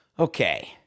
Okay